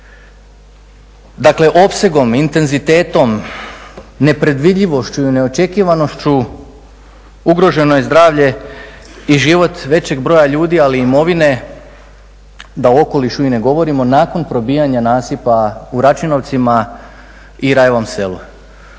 Dakle, opsegom, intenzitetom, nepredvidljivošću i neočekivanošću ugroženo je zdravlje i život većeg broja ljudi ali i imovine, da o okolišu i ne govorimo, nakon probijanja nasipa u Račinovcima i Rajevom Selu.